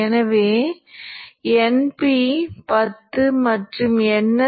I என்றால் என்ன